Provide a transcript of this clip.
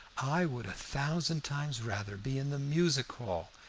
i would a thousand times rather be in the music hall!